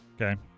okay